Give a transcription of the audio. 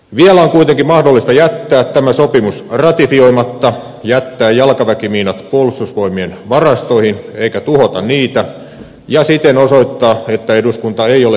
vielä on kuitenkin mahdollista jättää tämä sopimus ratifioimatta jättää jalkaväkimiinat puolustusvoimien varastoihin eikä tuhota niitä ja siten osoittaa että eduskunta ei ole kumileimasin